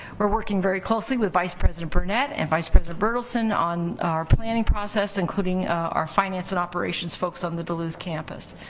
we're working very closely with vice president burnett and vice president berthelsen on our planning process, including our finance and operations folks on the duluth campus.